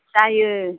जायो